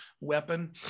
weapon